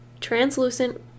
translucent